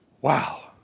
Wow